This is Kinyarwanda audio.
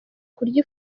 kurya